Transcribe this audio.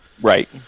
Right